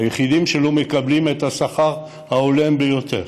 היחידים שלא מקבלים את השכר ההולם ביותר,